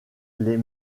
les